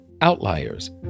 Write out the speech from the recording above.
Outliers